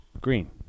Green